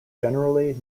generally